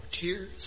tears